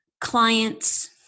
clients